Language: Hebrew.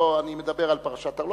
לא, אני מדבר על פרשת ארלוזורוב.